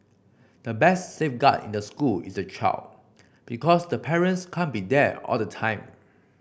the best safeguard in the school is the child because the parents can't be there all the time